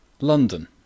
London